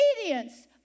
obedience